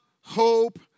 hope